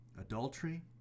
adultery